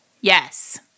Yes